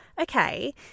okay